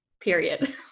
period